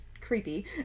creepy